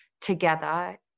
together